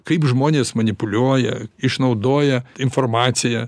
kaip žmonės manipuliuoja išnaudoja informaciją